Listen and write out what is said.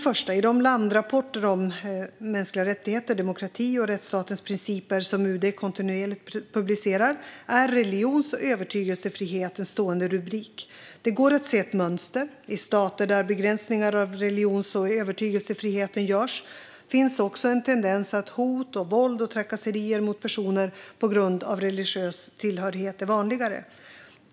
I de landrapporter om mänskliga rättigheter, demokrati och rättsstatens principer som UD kontinuerligt publicerar är religions och övertygelsefrihet en stående rubrik. Det går att se ett mönster: I stater där begränsningar av religions och övertygelsefriheten görs finns också en tendens att hot, våld och trakasserier mot personer på grund av religiös tillhörighet är vanligare.